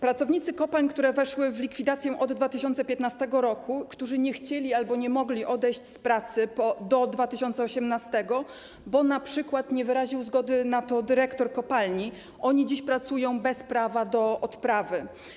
Pracownicy kopalń, które są w likwidacji od 2015 r., którzy nie chcieli albo nie mogli odejść z pracy do 2018 r., bo np. nie wyraził na to zgody dyrektor kopalni, dziś pracują bez prawa do odprawy.